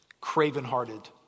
craven-hearted